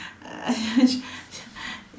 uh